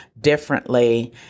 differently